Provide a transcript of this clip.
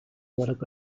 olarak